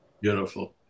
Beautiful